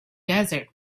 desert